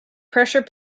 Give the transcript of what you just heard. pressure